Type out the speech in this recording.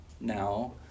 now